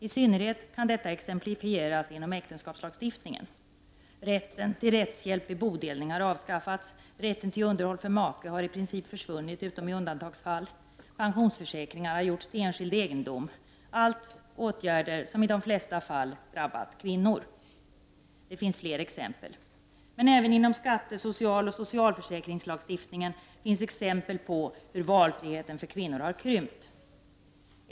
I synnerhet kan detta exemplifieras inom äktenskapslagstiftningen. Rätten till rättshjälp vid bodelning har avskaffats. Rätten till underhåll för make har i princip försvunnit utom i undantagsfall. Pensionsförsäkringar har gjorts till enskild egendom. Allt detta är åtgärder som i de flesta fall drabbat kvinnor. Men även inom skatte-, socialoch socialförsäkringslagstiftningen finns exempel på hur valfriheten för kvinnor har krympt.